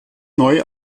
neu